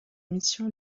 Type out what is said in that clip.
mission